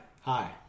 Hi